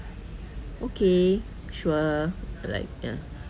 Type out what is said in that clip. okay sure like ya